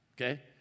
okay